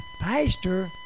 pastor